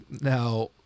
Now